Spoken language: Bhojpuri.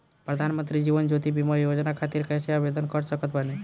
प्रधानमंत्री जीवन ज्योति बीमा योजना खातिर कैसे आवेदन कर सकत बानी?